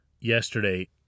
yesterday